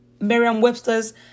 Merriam-Webster's